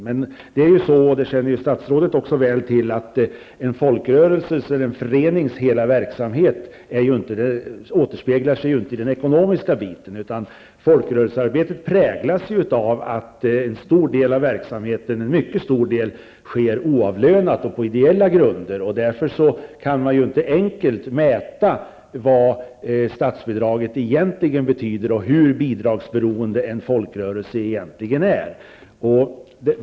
Men en folkrörelses eller en förenings hela verksamhet återspeglar sig ju inte, som statsrådet väl känner till, i den ekonomiska biten, utan folkrörelsearbetet präglas av att en mycket stor del av verksamheten sker oavlönat och på ideella grunder. Därför kan man inte enkelt mäta vad statsbidraget egentligen betyder och hur bidragsberoende en folkrörelse egentligen är.